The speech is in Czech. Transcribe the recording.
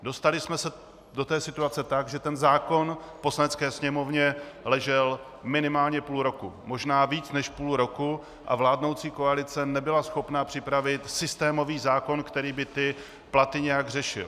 Dostali jsme se do té situace tak, že ten zákon v Poslanecké sněmovně ležel minimálně půl roku, možná víc než půl roku, a vládnoucí koalice nebyla schopna připravit systémový zákon, který by ty platy nějak řešil.